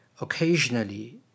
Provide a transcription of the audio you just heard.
Occasionally